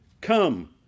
Come